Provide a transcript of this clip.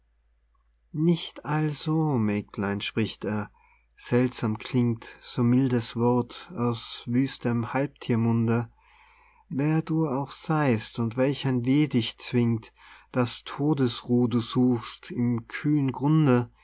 nicht also mägdlein spricht er seltsam klingt so mildes wort aus wüstem halbthiermunde wer du auch sei'st und welch ein weh dich zwingt daß todesruh du suchst im kühlen grunde